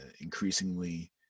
increasingly